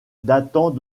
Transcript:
datant